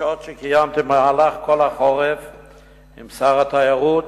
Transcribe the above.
פגישות שקיימתי במהלך כל החורף עם שר התיירות,